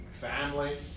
family